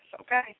okay